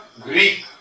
Greek